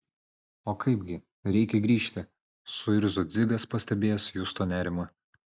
o kaipgi reikia grįžti suirzo dzigas pastebėjęs justo nerimą